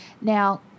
Now